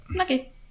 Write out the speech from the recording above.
Okay